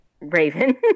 Raven